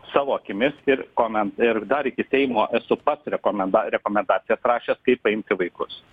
savo akimis ir komen ir dar iki seimo esu pats rekomenda rekomendacijas rašęs kaip paimti vaikus